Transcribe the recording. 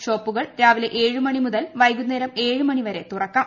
ഷോപ്പുകൾ രാവിലെ ഏഴു മണി മുതൽ വൈകുന്നേരം ഏഴു മണിവരെ തുറക്കാം